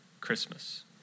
Christmas